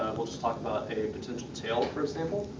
we'll just talk about a potential tail for example.